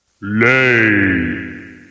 Lay